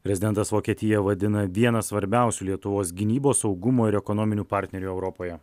rezidentas vokietiją vadina viena svarbiausių lietuvos gynybos saugumo ir ekonominių partnerių europoje